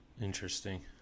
interesting